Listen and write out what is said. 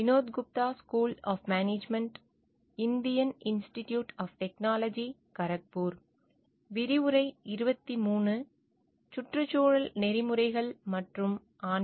வரவேற்கிறேன்